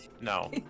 no